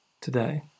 today